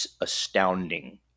astounding